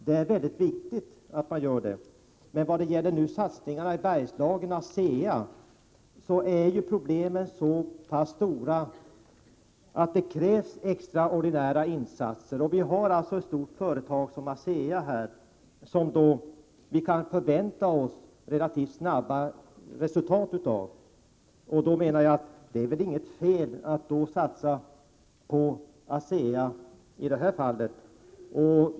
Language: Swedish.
När det gäller ASEA och satsningarna i Bergslagen är problemen så pass stora att det krävs extraordinära insatser. Vi har här ett stort företag som ASEA som vi kan förvänta oss relativt snabba resultat av. Jag menar att det inte är något fel att satsa på ASEA i detta fall.